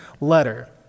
letter